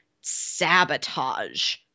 sabotage